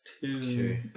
Two